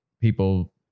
people